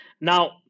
Now